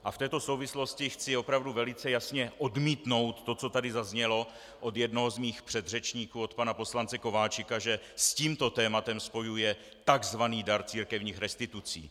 A v této souvislosti chci opravdu velice jasně odmítnout to, co tady zaznělo od jednoho z mých předřečníků, od pana poslance Kováčika, že s tímto tématem spojuje tzv. dar církevních restitucí.